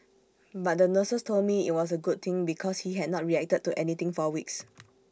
but the nurses told me IT was A good thing because he had not reacted to anything for weeks